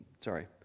sorry